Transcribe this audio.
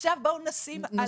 עכשיו בואו נשים על כתפינו.